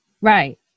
right